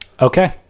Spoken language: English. Okay